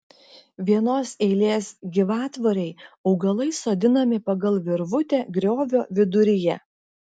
vienos eilės gyvatvorei augalai sodinami pagal virvutę griovio viduryje